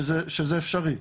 שזה אפשרי.